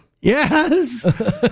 Yes